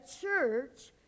church